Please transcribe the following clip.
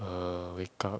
err wake up